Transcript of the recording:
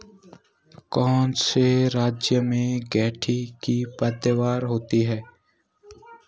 कौन से राज्य में गेंठी की पैदावार होती है?